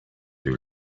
too